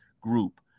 group